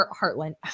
Heartland